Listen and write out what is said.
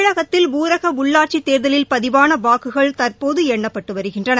தமிழகத்தில் ஊரக உள்ளாட்சித் தேர்தலில் பதிவான வாக்குகள் தற்போது எண்ணப்பட்டு வருகின்றன